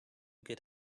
get